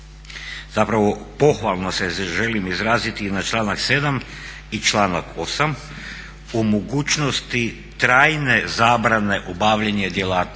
zapravo pohvalno se želim izraziti na članak 7. i članak 8. o mogućnosti trajne zabrane obavljanja djelatnosti